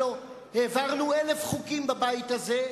הלוא העברנו אלף חוקים בבית הזה,